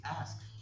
ask